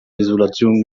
isolation